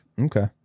Okay